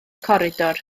coridor